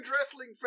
wrestling